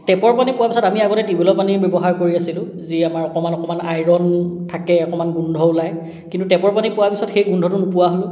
টেপৰ পানী পোৱাৰ পাছত আমি আগতে টিউবৱেলৰ পানী ব্যৱহাৰ কৰি আছিলোঁ যি আমাৰ অকণমান অকণমান আইৰণ থাকে অকণমান গোন্ধ ওলায় কিন্তু টেপৰ পানী পোৱাৰ পিছত সেই গোন্ধটো নোপোৱা হ'লোঁ